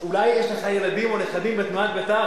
אולי יש לך ילדים או נכדים בתנועת בית"ר,